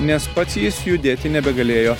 nes pats jis judėti nebegalėjo